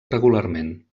regularment